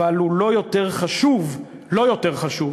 אבל הוא לא יותר חשוב, לא יותר חשוב,